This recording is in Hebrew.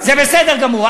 זה בסדר גמור.